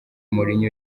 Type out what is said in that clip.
mourinho